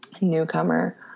Newcomer